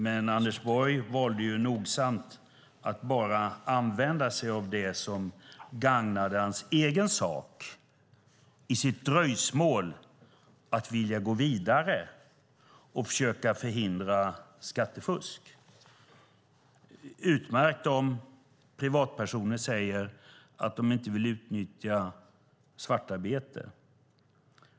Men Anders Borg valde nogsamt att använda sig av bara det som gagnade hans egen sak, i sitt dröjsmål att vilja gå vidare och försöka förhindra skattefusk. Det är utmärkt om privatpersoner säger att de inte vill utnyttja svartarbete.